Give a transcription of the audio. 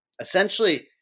essentially